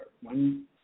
one